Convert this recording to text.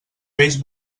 vells